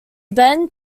bend